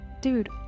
dude